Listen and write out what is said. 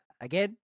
again